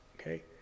Okay